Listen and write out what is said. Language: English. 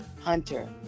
Hunter